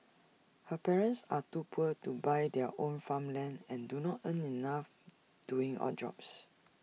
her parents are too poor to buy their own farmland and do not earn enough doing odd jobs